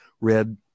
read